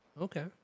Okay